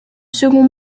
second